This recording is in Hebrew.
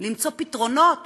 למצוא פתרונות